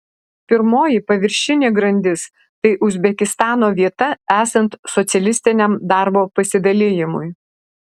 pirmoji paviršinė grandis tai uzbekistano vieta esant socialistiniam darbo pasidalijimui